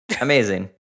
amazing